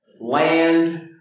land